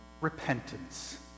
repentance